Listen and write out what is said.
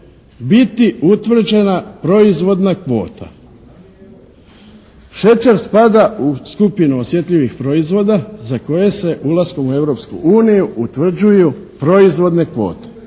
biti utvrđena proizvodna kvota. Šećer spada u skupinu osjetljivih proizvoda za koje se ulaskom u Europsku uniju utvrđuju proizvodne kvote